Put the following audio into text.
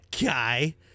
guy